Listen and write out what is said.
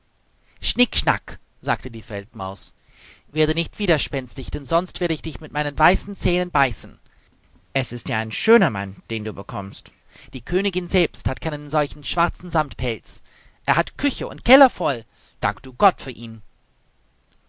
schnickschnack sagte die feldmaus werde nicht widerspenstig denn sonst werde ich dich mit meinen weißen zähnen beißen es ist ja ein schöner mann den du bekommst die königin selbst hat keinen solchen schwarzen samtpelz er hat küche und keller voll danke du gott für ihn